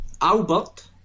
Albert